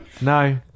no